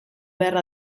behar